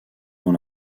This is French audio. dans